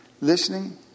Listening